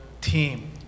team